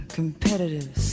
competitive